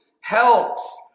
helps